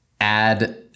add